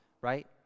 right